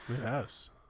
Yes